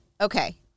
Okay